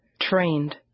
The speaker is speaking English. Trained